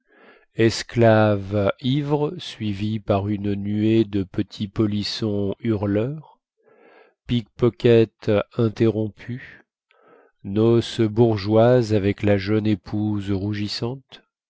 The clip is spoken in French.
esclaves ivres suivis par une nuée de petits polissons hurleurs pickpockets interrompus noces bourgeoises avec la jeune épouse rougissante